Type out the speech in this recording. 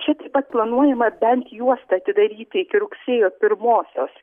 čia taip pat planuojama bent juostą atidaryti iki rugsėjo pirmosios